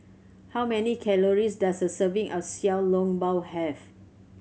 how many calories does a serving of Xiao Long Bao have